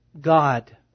God